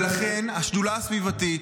ולכן השדולה הסביבתית,